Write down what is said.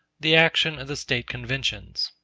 the action of the state conventions.